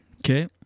Okay